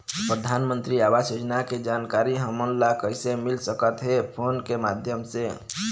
परधानमंतरी आवास योजना के जानकारी हमन ला कइसे मिल सकत हे, फोन के माध्यम से?